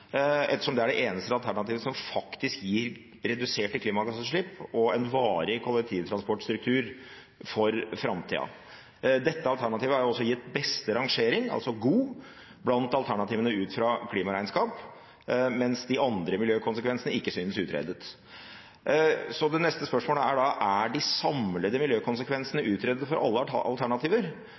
det beste klimaalternativet, ettersom dette er det eneste alternativet som faktisk gir reduserte klimagassutslipp og en varig kollektivtransportstruktur for framtida. Dette alternativet er også gitt beste rangering, altså god, blant alternativene – ut fra et klimaregnskap – mens de andre miljøkonsekvensene ikke synes utredet. Det neste spørsmålet er da: Er de samlede miljøkonsekvensene av alle alternativer utredet,